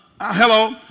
Hello